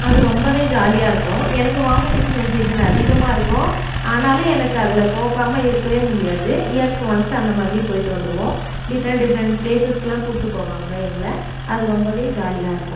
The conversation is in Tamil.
அது ரொம்பவே ஜாலியாருக்கும் எனக்கு வாமிட்டிங் சென்சேஷன் அதிகமாருக்கும் ஆனாலும் எனக்கு அதில் போகாமல் இருக்கவே முடியாது இயர்க்கு ஒன்ஸ் அந்த மாதிரி போயிட்டு வந்துருவோம் டிஃபரென்ட் டிஃபரென்ட் ப்ளேஸஸ்க்குலாம் கூட்டு போவாங்கள் எங்கள் அது ரொம்பவே ஜாலியாருக்கும்